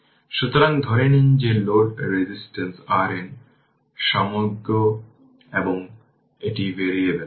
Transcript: সুতরাং ধরে নিন যে লোড রেজিস্ট্যান্স RL সামঞ্জস্যযোগ্য এবং এটি ভ্যারিয়েবেল